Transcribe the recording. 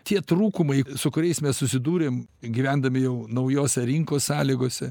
tie trūkumai su kuriais mes susidūrėm gyvendami jau naujose rinkos sąlygose